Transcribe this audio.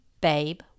Babe